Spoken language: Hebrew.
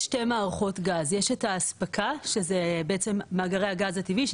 יש שתי מערכות גז: יש את האספקה שאלה מאגרי הגז הטבעי,